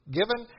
given